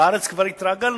בארץ כבר התרגלנו,